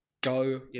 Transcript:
go